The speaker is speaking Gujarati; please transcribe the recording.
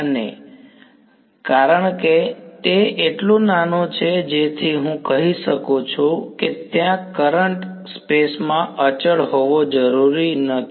અને કારણ કે તે એટલું નાનું છે જેથી હું કહી શકું છું કે ત્યાં કરંટ સ્પેસ માં અચળ હોવો જરૂરી નથી